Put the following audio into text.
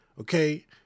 okay